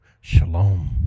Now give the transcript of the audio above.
Shalom